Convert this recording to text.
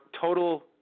total